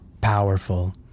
powerful